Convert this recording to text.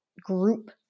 group